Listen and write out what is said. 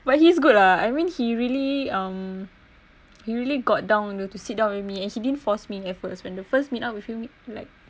but he's good lah I mean he really um he really got down you know to sit down with me and he didn't force me at first when the first meet up with him like